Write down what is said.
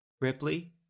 ripley